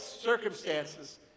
circumstances